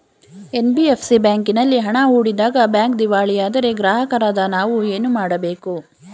NBFC ಬ್ಯಾಂಕಿನಲ್ಲಿ ಹಣ ಹೂಡಿದಾಗ ಬ್ಯಾಂಕ್ ದಿವಾಳಿಯಾದರೆ ಗ್ರಾಹಕರಾದ ನಾವು ಏನು ಮಾಡಬೇಕು?